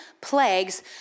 plagues